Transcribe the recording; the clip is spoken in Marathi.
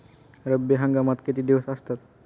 रब्बी हंगामात किती दिवस असतात?